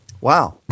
Wow